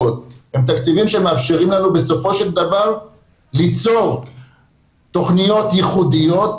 הם תקציבים שמאפשרים לנו בסופו של דבר ליצור תוכניות ייחודיות,